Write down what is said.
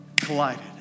collided